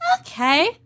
okay